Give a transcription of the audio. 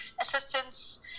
assistance